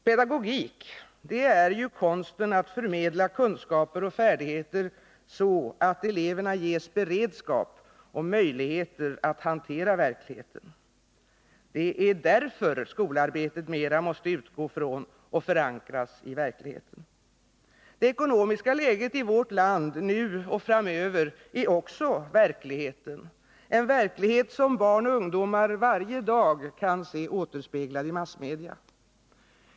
Pedagogik är ju konsten att förmedla kunskaper och färdigheter så, att eleverna ges beredskap och möjligheter att hantera verkligheten. Det är därför skolarbetet mer måste utgå från och förankras i verkligheten. Det ekonomiska läget i vårt land nu och framöver är också verklighet, en verklighet som barn och ungdomar varje dag kan se återspeglad i massmedia.